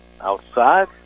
Outside